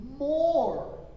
more